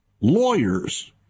lawyers